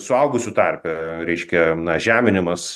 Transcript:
suaugusių tarpe reiškia na žeminimas